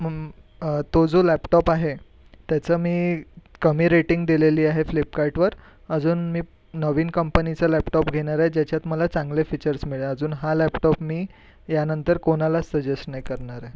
तो जो लॅपटॉप आहे त्याचं मी कमी रेटिंग दिलेली आहे फ्लिपकार्टवर अजून मी नवीन कंपनीचा लॅपटॉप घेणार आहे ज्याच्यात मला चांगले फीचर्स मिळे अजून हा लॅपटॉप मी यानंतर कोणालाच सजेस्ट नाही करणार आहे